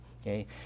okay